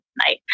tonight